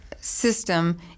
system